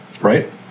right